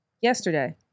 yesterday